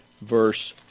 verse